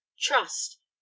trust